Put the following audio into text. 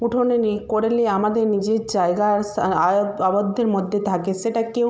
উঠোনে মেঘ করলে আমাদের নিজের জায়গা আবদ্ধের মধ্যে থাকে সেটা কেউ